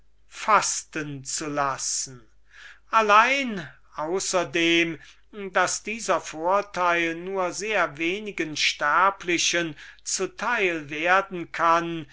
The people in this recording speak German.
fasten zu lassen allein außer dem daß dieser vorteil nur sehr wenigen sterblichen zu teil werden kann